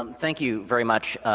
um thank you very much.